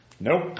Nope